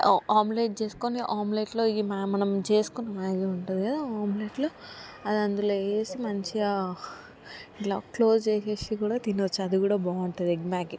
omelette చేసుకొని ఈ ఆమ్లెట్లో ఈ మా మనం చేసుకున్న మ్యాగీ ఉంటుంది కదా ఆమ్లెట్లో అది అదందులో వేసి మంచిగా క్లోజ్ చేసేసి కూడా తినచ్చు అది కూడా బాగుంటది ఎగ్ మ్యాగీ